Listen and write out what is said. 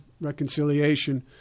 reconciliation